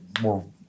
more